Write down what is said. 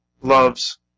loves